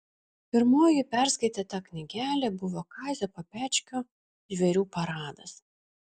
pirmoji perskaityta knygelė buvo kazio papečkio žvėrių paradas